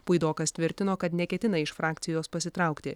puidokas tvirtino kad neketina iš frakcijos pasitraukti